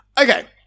Okay